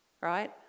right